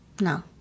No